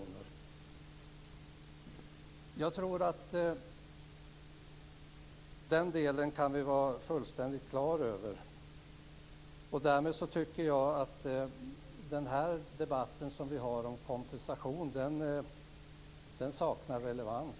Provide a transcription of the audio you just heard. Den delen tror jag att vi kan vara fullständigt klara över. Därmed tycker jag att den här debatten om kompensation saknar relevans.